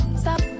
Stop